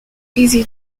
easy